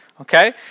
okay